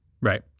Right